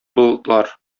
болытлар